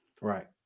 Right